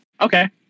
Okay